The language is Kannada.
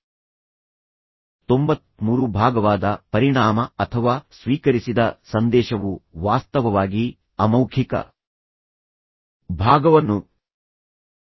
93 ಭಾಗವಾದ ಪರಿಣಾಮ ಅಥವಾ ಸ್ವೀಕರಿಸಿದ ಸಂದೇಶವು ವಾಸ್ತವವಾಗಿ ಅಮೌಖಿಕ ಭಾಗವನ್ನು ಬಳಸುತ್ತಿದೆ